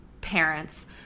parents